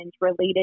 related